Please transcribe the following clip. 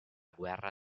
guerra